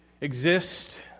exist